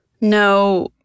No